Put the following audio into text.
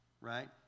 right